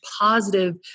positive